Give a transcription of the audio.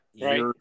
right